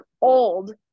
old